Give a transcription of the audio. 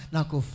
Nako